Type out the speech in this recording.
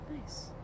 Nice